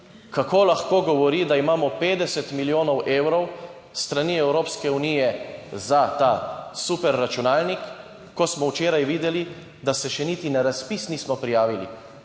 kako lahko govori, da imamo 50 milijonov evrov s strani Evropske unije za ta superračunalnik, ko smo včeraj videli, da se še niti na razpis nismo prijavili